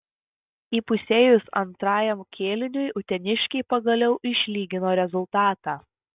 įpusėjus antrajam kėliniui uteniškiai pagaliau išlygino rezultatą